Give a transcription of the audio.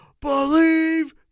believe